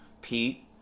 Pete